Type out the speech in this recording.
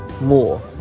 more